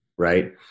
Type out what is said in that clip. right